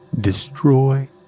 destroy